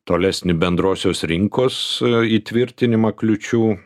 tolesnį bendrosios rinkos įtvirtinimą kliūčių